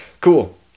Cool